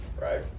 right